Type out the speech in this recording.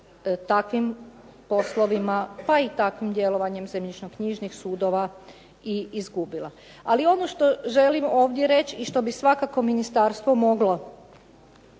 takvim poslovima, pa i takvim djelovanjem zemljišno-knjižnih sudova i izgubila. Ali ono što ovdje želim reći i što bi svakako ministarstvo moglo